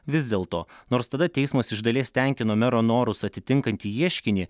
vis dėlto nors tada teismas iš dalies tenkino mero norus atitinkantį ieškinį